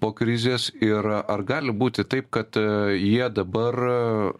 po krizės ir ar gali būti taip kad jie dabar